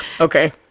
Okay